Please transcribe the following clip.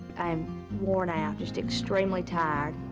i'm worn out, just extremely tired.